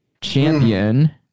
champion